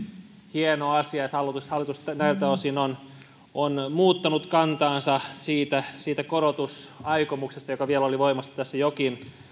hieno asia että hallitus näiltä osin on on muuttanut kantaansa siitä siitä korotusaikomuksesta joka vielä oli voimassa tässä jokin